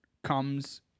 Comes